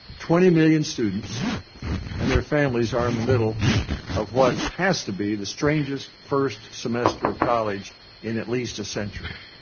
twenty million students and their families are in the middle of what has to be the strangest first semester of college in at least a century.